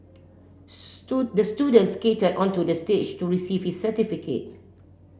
the student skated onto the stage to receive his certificate